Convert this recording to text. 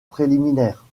préliminaire